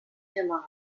gemegar